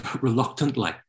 reluctantly